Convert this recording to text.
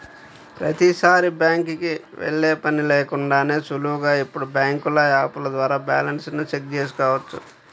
ప్రతీసారీ బ్యాంకుకి వెళ్ళే పని లేకుండానే సులువుగా ఇప్పుడు బ్యాంకు యాపుల ద్వారా బ్యాలెన్స్ ని చెక్ చేసుకోవచ్చు